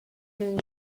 менен